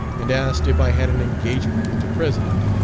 and asked if i had an engagement with the president.